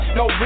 no